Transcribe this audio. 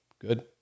Good